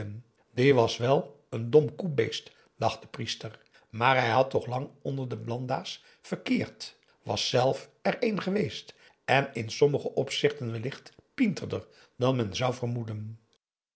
die was wel een dom koebeest dacht de priester maar hij had toch lang onder de blanda's verkeerd was zelf er een geweest en in sommige opzichten wellicht pinterder dan men zou vermoeden